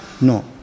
No